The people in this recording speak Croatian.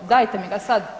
Dajte mi ga sad